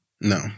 no